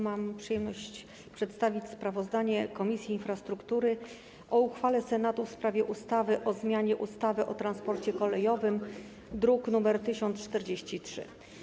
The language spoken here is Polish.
Mam przyjemność przedstawić sprawozdanie Komisji Infrastruktury o uchwale Senatu w sprawie ustawy o zmianie ustawy o transporcie kolejowym, druk nr 1043.